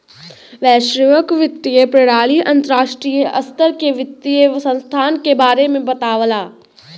वैश्विक वित्तीय प्रणाली अंतर्राष्ट्रीय स्तर के वित्तीय संस्थान के बारे में बतावला